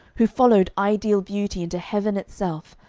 who followed ideal beauty into heaven itself,